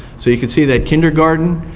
so you can see that kindergarten,